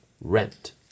rent